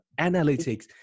Analytics